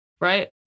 Right